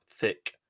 thick